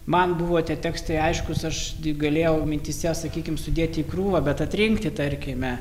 man buvo tie tekstai aiškus aš galėjau mintyse sakykim sudėti į krūvą bet atrinkti tarkime